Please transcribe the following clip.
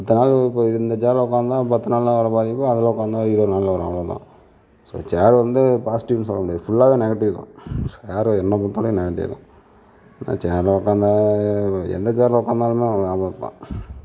இத்தனை நாள் இந்த சேர்ல உட்காந்தா பத்து நாள்ல வர்ற பாதிப்பு அதில் உட்காந்தா இருபது நாள்ல வரும் அவ்வளோ தான் ஸோ சேர் வந்து பாஸ்டிவ்னு சொல்ல முடியாது ஃபுல்லாவே நெகட்டிவ் தான் சேர் என்ன பொறுத்த வரையும் நெகட்டிவ் தான் என்ன சேர்ல உட்காந்தா எந்த சேர்ல உட்காந்தாலுமே அது ஆபத்து தான்